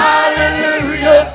Hallelujah